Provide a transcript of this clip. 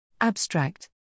Abstract